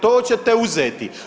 To ćete uzeti.